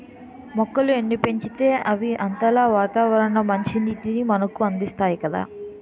మొక్కలు ఎన్ని పెంచితే అవి అంతలా వాతావరణ మంచినీటిని మనకు అందిస్తాయి కదా